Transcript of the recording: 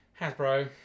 Hasbro